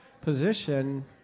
position